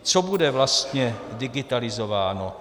Co bude vlastně digitalizováno?